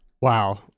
Wow